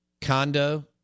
condo